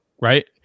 right